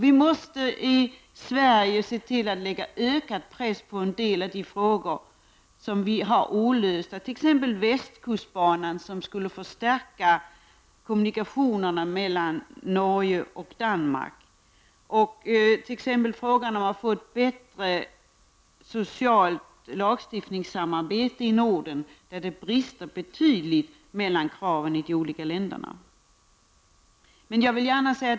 Vi måste i Sverige se till att sätta ökad press i en del av de frågor som är olösta, t.ex. västkustbanan, som skulle förstärka kommunikationerna mellan Norge och Danmark. Det gäller också frågan om att få ett bättre samarbete när det gäller sociallagstiftning i Norden. Där finns betydliga brister.